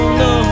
no